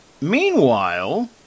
Meanwhile